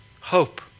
hope